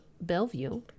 Bellevue